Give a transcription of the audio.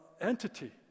entity